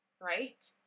right